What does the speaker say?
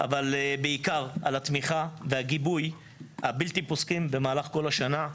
אבל בעיקר על התמיכה והגיבוי הבלתי פוסקים במהלך כל השנה,